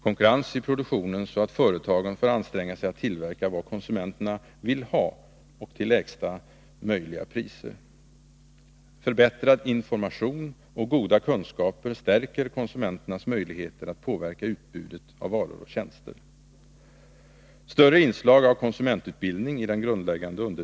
Konkurrens i produktionen så att företagen får anstränga sig att tillverka vad konsumenterna vill ha och till lägsta möjliga priser. Förbättrad information och goda kunskaper stärker konsumenternas möjligheter att påverka utbudet av varor och tjänster.